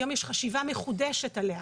היום יש חשיבה מחודשת עליה,